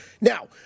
Now